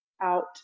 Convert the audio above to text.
out